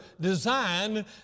designed